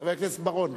חבר הכנסת בר-און.